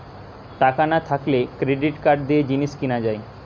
টাকা না থাকলে ক্রেডিট কার্ড দিয়ে জিনিস কিনা যায়